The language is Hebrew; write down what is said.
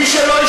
זה היה,